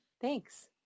Thanks